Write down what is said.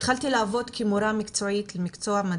"התחלתי לעבוד כמורה מקצועית למקצוע ...